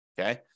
okay